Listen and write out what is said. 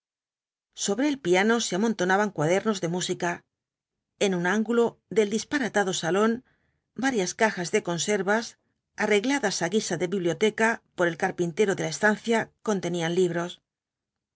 sobre el piano se amontonaban cuadernos de música en un ángulo del disparatado salón varias cajas de conservas arregladas á guisa de biblioteca por el carpintero de la estancia contenían libros